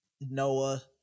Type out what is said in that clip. Noah